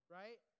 right